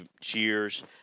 Cheers